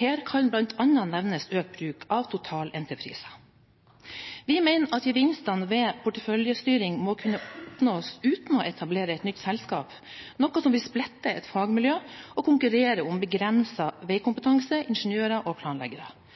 Her kan bl.a. nevnes økt bruk av totalentrepriser. Vi mener at gevinstene ved en porteføljestyring må kunne oppnås uten å etablere et nytt selskap, noe som vil splitte et fagmiljø og konkurrere om begrenset veikompetanse, ingeniører og planleggere.